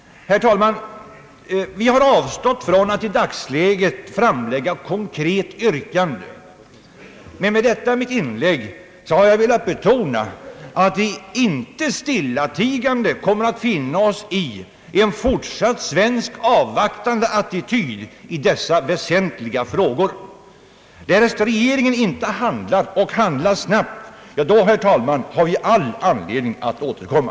Herr talman! Vi har avstått från att i dagsläget framlägga konkret yrkande, men med detta inlägg har jag velat betona att vi inte stillatigande kommer att finna oss i en fortsatt svensk avvaktande attityd i dessa väsentliga frågor. Därest regeringen inte handlar och handlar snabbt har vi all anledning att återkomma.